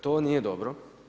To nije dobro.